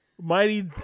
Mighty